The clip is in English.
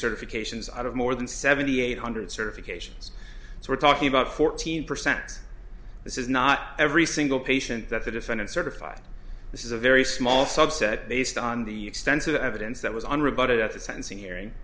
recertification is out of more than seventy eight hundred certifications so we're talking about fourteen percent this is not every single patient that's a defendant certified this is a very small subset based on the extensive evidence that was unrebutted at the sentencing hearing